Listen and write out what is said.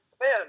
man